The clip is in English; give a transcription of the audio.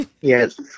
Yes